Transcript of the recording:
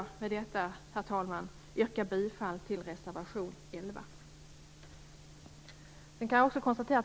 Med detta yrkar jag bifall till reservation 11.